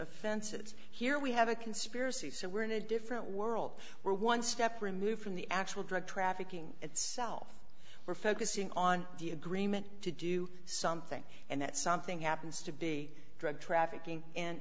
offenses here we have a conspiracy so we're in a different world we're one step removed from the actual drug trafficking itself we're focusing on the agreement to do something and that something happens to be drug trafficking in